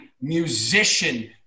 musician